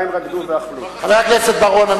חבר הכנסת בר-און.